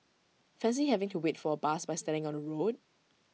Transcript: fancy having to wait for A bus by standing on the road